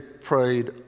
prayed